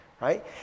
right